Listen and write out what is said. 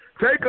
Take